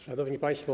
Szanowni Państwo!